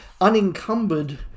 unencumbered